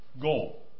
goal